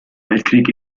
weltkrieg